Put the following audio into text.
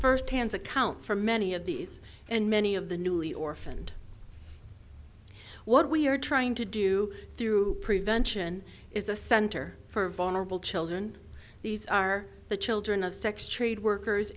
firsthand account from many of these and many of the newly orphaned what we're trying to do through prevention is a center for vulnerable children these are the children of sex trade workers